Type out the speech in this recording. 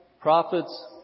prophets